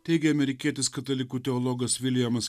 teigė amerikietis katalikų teologas viliamas